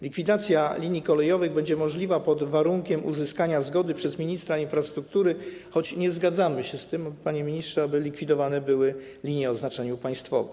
Likwidacja linii kolejowych będzie możliwa pod warunkiem uzyskania zgody wyrażonej przez ministra infrastruktury, choć nie zgadzamy się z tym, panie ministrze, aby likwidowane były linie o znaczeniu państwowym.